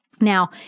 Now